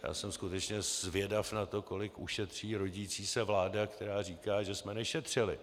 Já jsem skutečně zvědav na to, kolik ušetří rodící se vláda, která říká, že jsme nešetřili.